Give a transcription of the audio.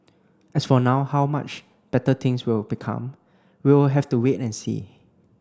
as for now how much better things will become we'll have to wait and see